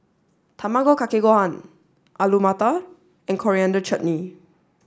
Tamago Kake Gohan Alu Matar and Coriander Chutney